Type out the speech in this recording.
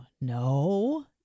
no